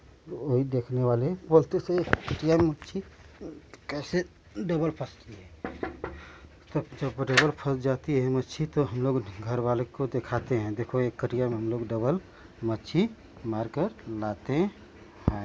वही देखने वाले बोलते थे ए कटिया में मच्छी कैसे डबल फंसती है तब जब डबल फंस जाती है मच्छी तो हम लोग घरवाले को देखाते हैं देखो ये कटिया में हम लोग डबल मच्छी मारकर लाते हैं